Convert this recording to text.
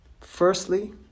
Firstly